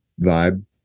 vibe